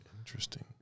Interesting